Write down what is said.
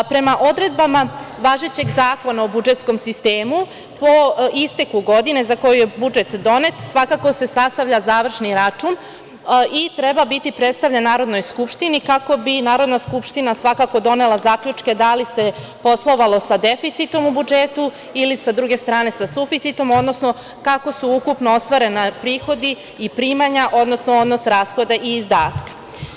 Prema odredbama važećeg Zakona o budžetskom sistemu, po isteku godine za koju je budžet donet, svakako se sastavlja završni račun i treba biti predstavljen Narodnoj skupštini kako bi Narodna skupština, svakako, donela zaključke da li se poslovalo sa deficitom u budžet, ili sa druge strane sa suficitom, odnosno, kako su ukupno ostvareni prihodi i primanja, odnosno odnos rashoda i izdataka.